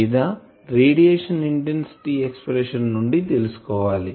లేదా radiation intensity expression ని నుండి తెలుసుకోవాలి